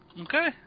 Okay